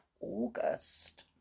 august